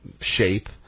shape